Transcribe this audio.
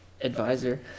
advisor